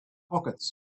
pockets